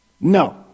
No